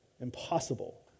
Impossible